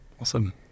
Awesome